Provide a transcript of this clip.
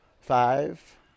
Five